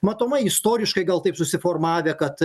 matomai istoriškai gal taip susiformavę kad